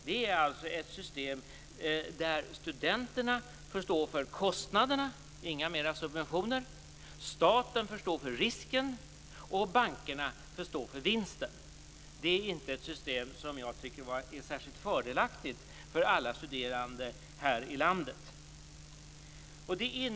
Det är ett system där studenterna får stå för kostnaderna - inga mera subventioner - staten får stå för risken och bankerna får stå för vinsten. Det är inte ett system som jag tycker är särskild fördelaktigt för alla studerande här i landet.